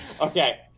Okay